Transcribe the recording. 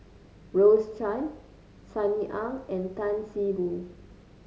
Rose Chan Sunny Ang and Tan See Boo